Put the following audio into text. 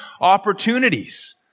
opportunities